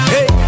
Hey